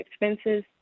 expenses